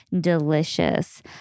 delicious